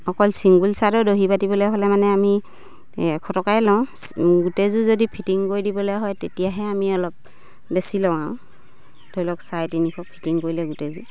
অকল চিংগুল ছাৰ্টৰ দহি পাতিবলে হ'লে মানে আমি এশ টকাই লওঁ গোটেইযোৰ যদি ফিটিং কৰি দিবলে হয় তেতিয়াহে আমি অলপ বেছি লওঁ আৰু ধৰি লওক চাৰে তিনিশ ফিটিং কৰিলে গোটেইযোৰ